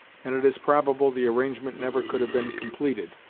and it is probable the arrangement never could have been completed,